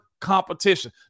competition